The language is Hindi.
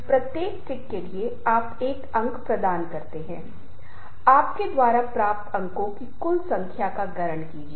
प्रस्तुति वह जगह है जहाँ एक व्यवस्थित व्यापक तरीके से विचारों का एक सेट प्रस्तुत किया जाता है या एक विचार विस्तृत रूप से विस्तृत और प्रस्तुत किया जाता है